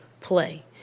play